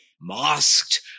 masked